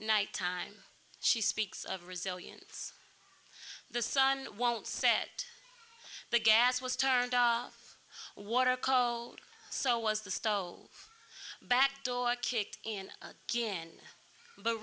night time she speaks of resilience the sun won't set the gas was turned water cold so was the stole back door kicked in again but